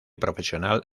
profesional